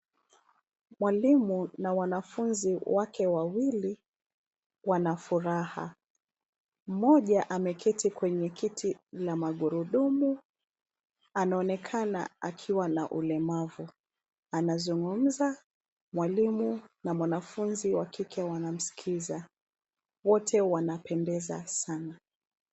Mwalimu na wanafunzi wake wawili, wana furaha. Mmoja, ameketi kwenye kiti la magurudumu, anaonekana akiwa na ulemavu. Anazungumza, mwalimu na mwanafunzi wa kike wanamsikiza. Wote wanapendeza sana.